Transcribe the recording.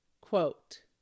Quote